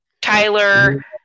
Tyler